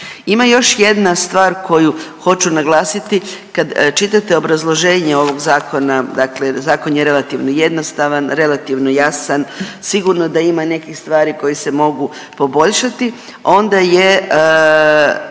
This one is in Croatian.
Ima još jedna stvar koju hoću naglasiti. Kad čitate obrazloženje ovog zakona, dakle zakon je relativno jednostavan, relativno jasan, sigurno da ima nekih stvari koje se mogu poboljšati, a onda je,